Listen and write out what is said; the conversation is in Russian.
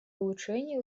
улучшения